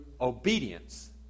obedience